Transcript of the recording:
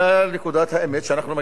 שאנחנו מגיעים ליותר מ-7%,